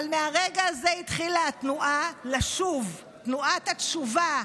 אבל מאותו רגע התחילה התנועה לשוב, תנועת התשובה.